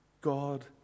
God